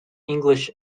english